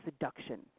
seduction